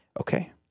Okay